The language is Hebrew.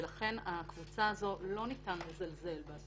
ולכן לא ניתן לזלזל בקבוצה הזאת.